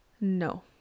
No